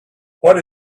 what